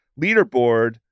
leaderboard